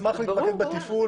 יש תקלות שהן תקלות ברכיבים,